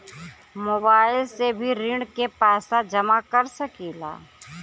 Mobile से भी ऋण के पैसा जमा कर सकी ला?